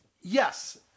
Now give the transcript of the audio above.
yes